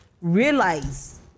realize